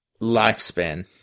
lifespan